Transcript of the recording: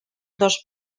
dos